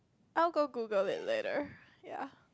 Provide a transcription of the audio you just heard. I'll go Google it later ya